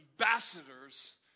ambassadors